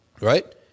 right